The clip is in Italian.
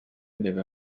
deve